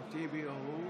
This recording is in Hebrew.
כנסת נכבדה,